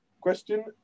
question